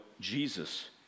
Jesus